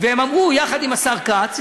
והם אמרו: יחד עם השר כץ.